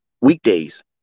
weekdays